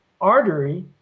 artery